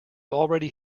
already